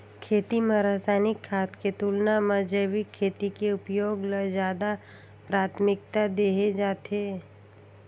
खेती म रसायनिक खाद के तुलना म जैविक खेती के उपयोग ल ज्यादा प्राथमिकता देहे जाथे